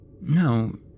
No